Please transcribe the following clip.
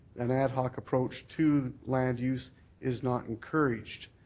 an ad hoc approach to land use is not encouraged.